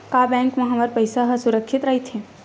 का बैंक म हमर पईसा ह सुरक्षित राइथे?